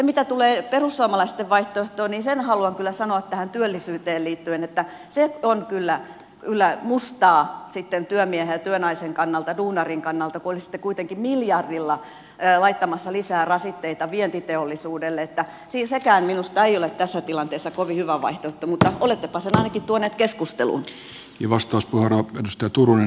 mitä tulee perussuomalaisten vaihtoehtoon niin sen haluan kyllä sanoa tähän työllisyyteen liittyen että se on kyllä mustaa sitten työmiehen ja työnaisen kannalta duunarin kannalta kun olisitte kuitenkin miljardilla laittamassa lisää rasitteita vientiteollisuudelle että sekään minusta ei ole tässä tilanteessa kovin hyvä vaihtoehto mutta olettepa sen ainakin tuoneet keskusteluun